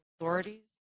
authorities